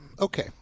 Okay